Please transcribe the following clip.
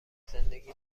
زندگی